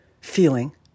feeling